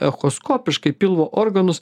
echoskopiškai pilvo organus